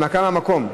הנמקה מהמקום.